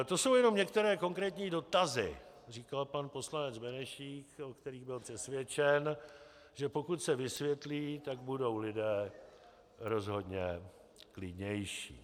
To jsou jenom některé konkrétní dotazy, říkal pan poslanec Benešík, o kterých byl přesvědčen, že pokud se vysvětlí, tak budou lidé rozhodně klidnější.